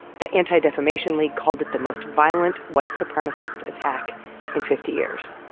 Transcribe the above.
the anti-defamation league called it the most violent white supremacist attack in fifty years.